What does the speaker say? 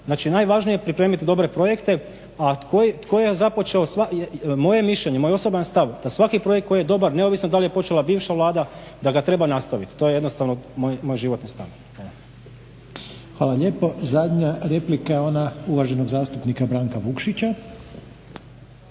Znači najvažnije je pripremiti dobre projekte. Moje mišljenje moj osobni stav da svaki projekt koji je dobar neovisno da li je počela bivša vlada da ga treba nastaviti to je jednostavno moj životni stav. **Reiner, Željko (HDZ)** Hvala lijepo. Zadnja replika je ona uvaženog zastupnika Branka Vukšić.